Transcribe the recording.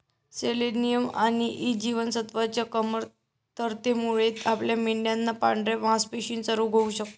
selenium आणि E जीवनसत्वच्या कमतरतेमुळे आपल्या मेंढयांना पांढऱ्या मासपेशींचा रोग होऊ शकतो